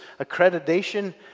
accreditation